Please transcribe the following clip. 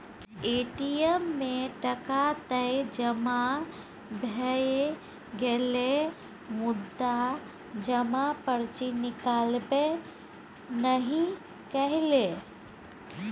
ATM मे टका तए जमा भए गेलै मुदा जमा पर्ची निकलबै नहि कएलै